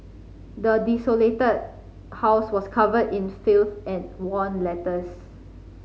the desolated house was covered in filth and letters